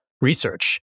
research